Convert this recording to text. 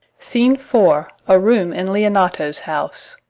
scene four. a room in leonato's house.